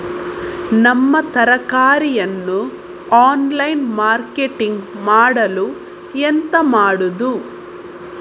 ನಮ್ಮ ತರಕಾರಿಯನ್ನು online marketing ಮಾಡಲು ಎಂತ ಮಾಡುದು?